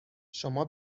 شما